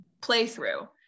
playthrough